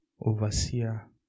overseer